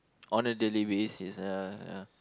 on a daily basis ya ya